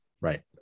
right